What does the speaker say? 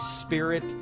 Spirit